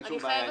אין שום בעיה.